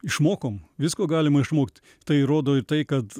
išmokom visko galima išmokt tai rodo ir tai kad